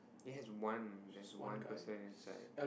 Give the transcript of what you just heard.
it has one there's one person inside